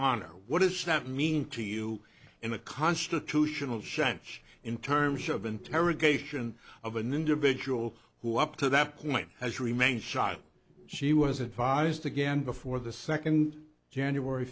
honor what does that mean to you in a constitutional shunts in terms of interrogation of an individual who up to that point has remained shot she was advised again before the second january